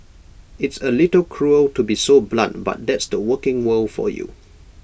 it's A little cruel to be so blunt but that's the working world for you